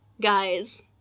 guys